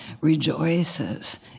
rejoices